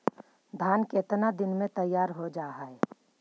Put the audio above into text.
धान केतना दिन में तैयार हो जाय है?